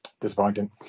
disappointing